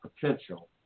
potential